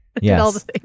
Yes